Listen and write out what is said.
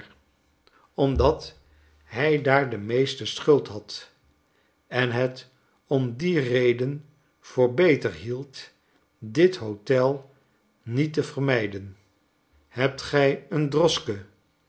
omdat hij daar de meeste schuld had en het om die reden voor beter hield dit hotel niet te vermijden hebt gij een